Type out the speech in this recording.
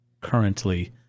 currently